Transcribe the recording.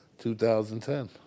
2010